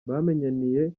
bamenyaniye